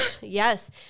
Yes